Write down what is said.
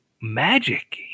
magic